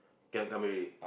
cannot come already